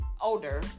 Older